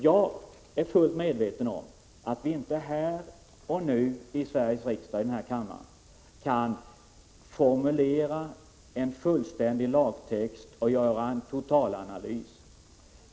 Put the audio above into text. Jag är fullt medveten om att vi inte nu i riksdagen och i den här kammaren kan formulera en fullständig lagtext och göra en totalanalys.